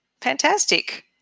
Fantastic